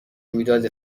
رویداد